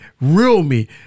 realme